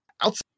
Outside